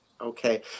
Okay